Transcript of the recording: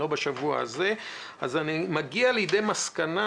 אני מגיע למסקנה